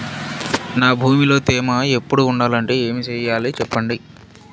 నా భూమిలో తేమ ఎప్పుడు ఉండాలంటే ఏమి సెయ్యాలి చెప్పండి?